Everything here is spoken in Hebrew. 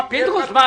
----- פינדרוס,